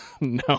no